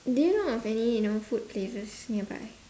do you know of any you know food places nearby